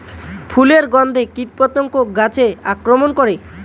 ফুলের গণ্ধে কীটপতঙ্গ গাছে আক্রমণ করে?